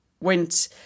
went